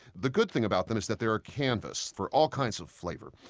the good thing about them is that they're a canvas for all kinds of flavor.